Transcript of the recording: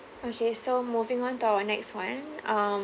okay so moving on to our next one um